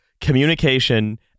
communication